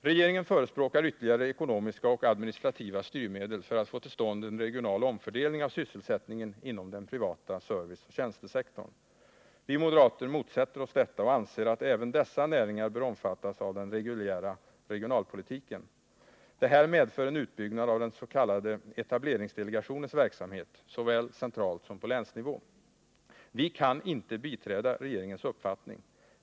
Regeringen förespråkar ytterligare ekonomiska och administrativa styrmedel för att få till stånd en regional omfördelning av sysselsättningen inom den privata serviceoch tjänstesektorn. Vi modezater motsätter oss detta och anser att även dessa näringar bör omfattas av den reguljära regionalpolitiken. Detta medför en utbyggnad av den s.k. etableringsdelegationens verksamhet, såväl centralt som på länsnivå. Vi kan inte biträda regeringens uppfattning.